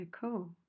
cool